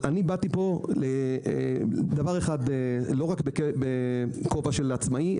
אני באתי לפה לא רק בכובע של עצמאי,